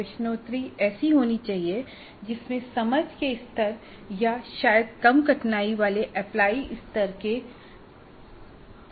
प्रश्नोत्तरी ऐसी होनी चाहिए जिसमे समझ के स्तर या शायद कम कठिनाइयों वाले एप्लाई स्तर के प्रश्न हों